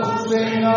sing